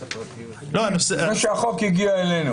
לפני שהחוק הגיע אלינו?